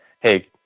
hey